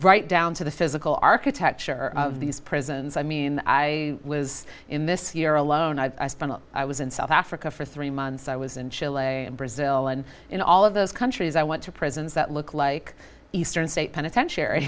right down to the physical architecture of these prisons i mean i was in this year alone i spent i was in south africa for three months i was in chile a in brazil and in all of those countries i went to prisons that look like eastern states penitentiary